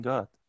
God